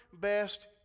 best